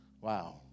Wow